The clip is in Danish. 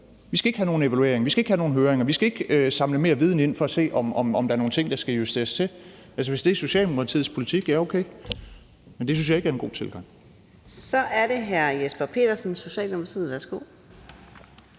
vi ikke skal have nogen evaluering, at vi ikke skal have nogen høringer, at vi ikke skal samle mere viden ind for at se, om der er nogle ting, der skal justeres. Hvis det er socialdemokratisk politik, så okay. Men det synes jeg ikke er en god ting. Kl. 15:32 Fjerde næstformand (Karina